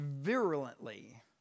virulently